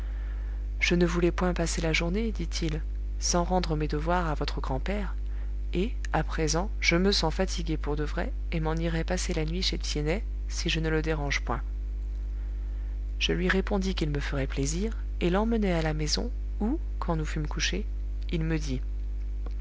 je ne voulais point passer la journée dit-il sans rendre mes devoirs à votre grand-père et à présent je me sens fatigué pour de vrai et m'en irai passer la nuit chez tiennet si je ne le dérange point je lui répondis qu'il me ferait plaisir et l'emmenai à la maison où quand nous fûmes couchés il me dit